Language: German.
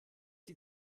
die